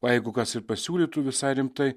o jeigu kas ir pasiūlytų visai rimtai